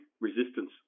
resistance